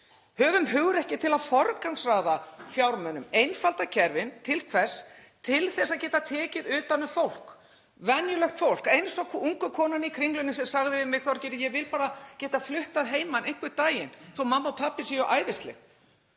Höfum hugrekki til að forgangsraða fjármunum, einfalda kerfin — og til hvers? Til að geta tekið utan um fólk, venjulegt fólk eins og ungu konuna í Kringlunni sem sagði við mig: Þorgerður, ég vil bara geta flutt að heiman einhvern daginn, þó að mamma og pabbi séu æðisleg.